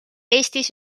eestis